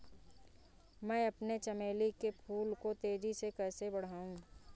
मैं अपने चमेली के फूल को तेजी से कैसे बढाऊं?